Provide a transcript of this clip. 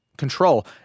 control